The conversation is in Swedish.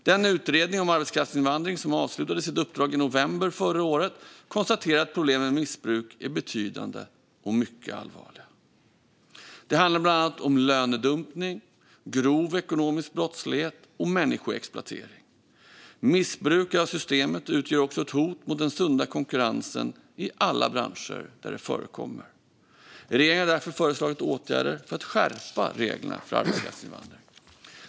Den utredning om arbetskraftsinvandring som avslutade sitt uppdrag i november förra året konstaterar att problemen med missbruk är betydande och mycket allvarliga. Det handlar bland annat om lönedumpning, grov ekonomisk brottslighet och människoexploatering. Missbruket av systemet utgör också ett hot mot den sunda konkurrensen i alla branscher där det förekommer. Regeringen har därför föreslagit åtgärder för att skärpa reglerna för arbetskraftsinvandring.